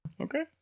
Okay